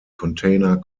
container